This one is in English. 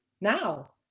now